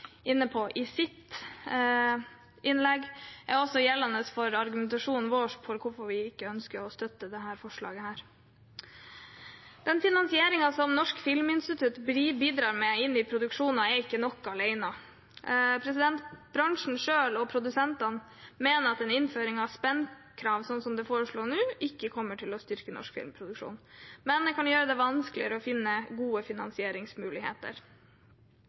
gjeldende for argumentasjonen vår for hvorfor vi ikke ønsker å støtte dette forslaget. Den finansieringen som Norsk filminstitutt bidrar med inn i produksjoner, er ikke nok alene. Bransjen selv, produsentene, mener at en innføring av spendkrav, slik det foreslås nå, ikke kommer til å styrke norsk filmproduksjon, men det kan gjøre det vanskeligere å finne gode finansieringsmuligheter.